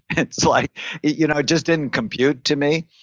and like it you know just didn't compute to me,